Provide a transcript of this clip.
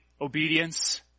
Obedience